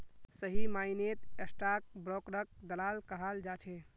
सही मायनेत स्टाक ब्रोकरक दलाल कहाल जा छे